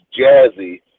jazzy